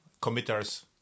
committers